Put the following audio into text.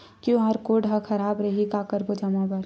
QR code हा खराब रही का करबो जमा बर?